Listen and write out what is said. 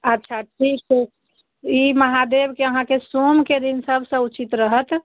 अच्छा ठीक छै ई महादेवकेँ अहाँकेँ सोमके दिन सबसँ उचित रहत